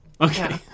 Okay